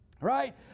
right